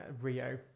Rio